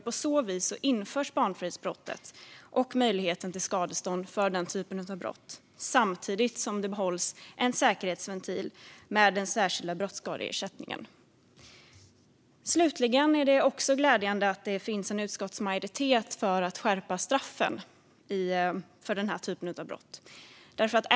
På så vis införs barnfridsbrottet och möjligheten till skadestånd för den typen av brott, samtidigt som en säkerhetsventil behålls med den särskilda brottsskadeersättningen. Slutligen är det också glädjande att det finns en utskottsmajoritet för att skärpa straffen för den här typen av brott.